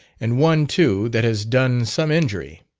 and one, too, that has done some injury.